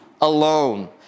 alone